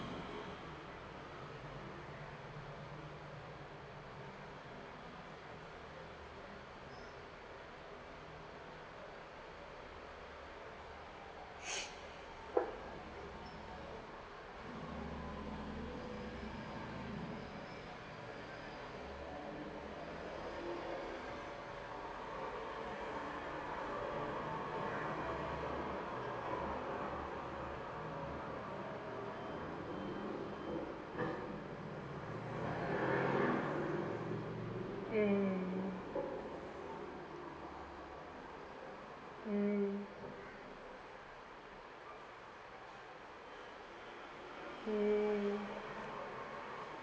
mm mm mm